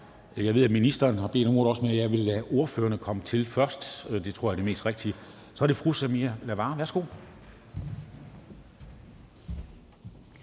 Jeg ved, at ministeren har bedt om ordet, men jeg vil lade ordførerne komme til først, for det tror jeg er det mest rigtige. Så er det fru Samira Nawa. Værsgo.